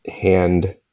hand